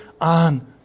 on